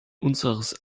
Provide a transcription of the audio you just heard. unseres